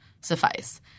suffice